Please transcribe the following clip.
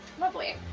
Lovely